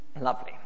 Lovely